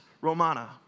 Romana